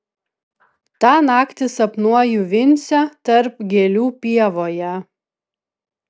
tą naktį sapnuoju vincę tarp gėlių pievoje